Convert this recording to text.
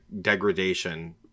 degradation